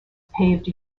paved